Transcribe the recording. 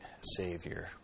Savior